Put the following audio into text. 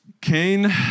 Cain